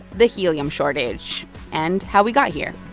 the helium shortage and how we got here.